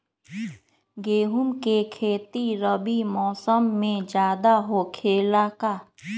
गेंहू के खेती रबी मौसम में ज्यादा होखेला का?